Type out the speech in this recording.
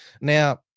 Now